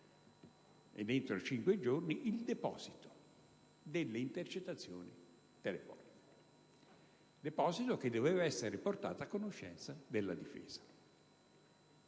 ed entro cinque giorni, il deposito delle intercettazioni telefoniche, deposito che doveva essere portato a conoscenza della difesa.